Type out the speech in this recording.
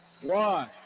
One